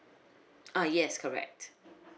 ah yes correct